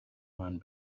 man